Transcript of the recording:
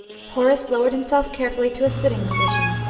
horace lowered himself carefully to a sitting position,